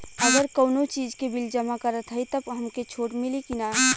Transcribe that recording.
अगर कउनो चीज़ के बिल जमा करत हई तब हमके छूट मिली कि ना?